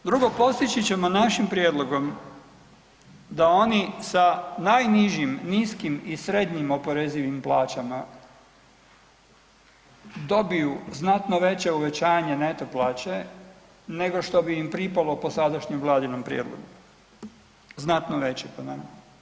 Drugo, postići ćemo našim prijedlogom da oni sa najnižim, niskim i srednjim oporezivim plaćama dobiju znatno veće uvećanje neto plaće nego što bi im pripalo po sadašnjoj vladinom prijedlogu, znatno veće po nama.